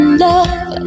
love